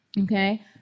okay